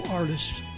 artists